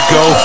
go